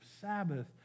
Sabbath